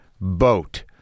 boat